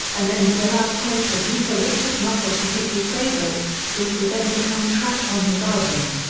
and then would allow co-producer richard russell to pick his favourites, which would then become tracks on his album.